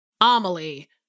Amelie